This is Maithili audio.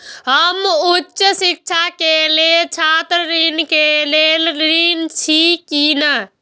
हम उच्च शिक्षा के लेल छात्र ऋण के लेल ऋण छी की ने?